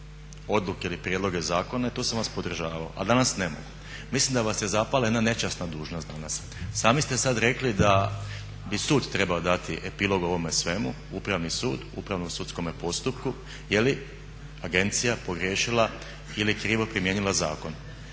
odluke ili prijedloge zakona i tu sam vas podržavao, a danas ne mogu. Mislim da vas je zapala jedna nečasna dužnost danas. Sami ste sad rekli da bi sud trebao dati epilog ovome svemu, Upravni sud u upravno sudskom postupku je li agencija pogriješila ili krivo primijenila zakon.